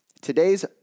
Today's